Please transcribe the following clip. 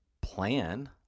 plan